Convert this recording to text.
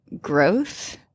Growth